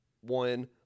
one